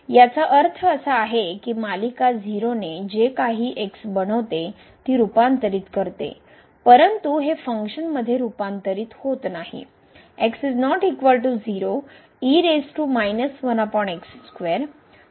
याचा अर्थ असा आहे की मालिका 0 ने जे काही x बनवते ती रूपांतरित करते परंतु हे फंक्शनमध्ये रूपांतरित होत नाही